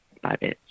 Bye